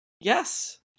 Yes